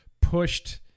pushed